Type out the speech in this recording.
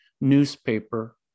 newspaper